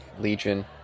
Legion